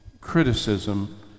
criticism